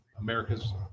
America's